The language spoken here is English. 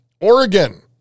Oregon